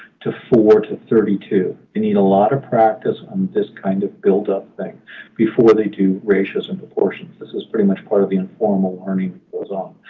to four to thirty two. they need a lot of practice on this kind of buildup thing before they do ratios and proportions. this is pretty much part of the informal learning that goes on.